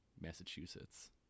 Massachusetts